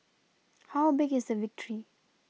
how big is the victory